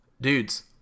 Dudes